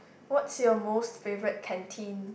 what's your most favourite canteen